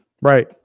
Right